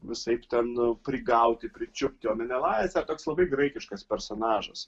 visaip ten prigauti pričiupti o menelajas toks labai graikiškas personažas